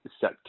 set